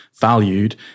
valued